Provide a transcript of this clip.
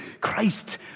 Christ